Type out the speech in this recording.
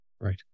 Right